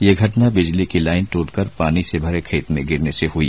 ये घटना बिजली की लाइन टूटकर पानी से भरे खेत में गिरने से हुई